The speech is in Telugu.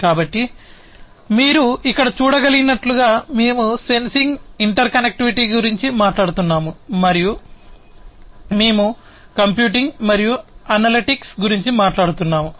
కాబట్టి మీరు ఇక్కడ చూడగలిగినట్లుగా మేము సెన్సింగ్ ఇంటర్ కనెక్టివిటీ గురించి మాట్లాడుతున్నాము మరియు మేము కంప్యూటింగ్ మరియు అనలిటిక్స్ గురించి మాట్లాడుతున్నాము